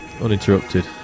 uninterrupted